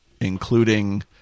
including